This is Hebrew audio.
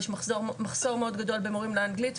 יש מחסור מאוד גדול במורים לאנגלית,